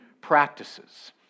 practices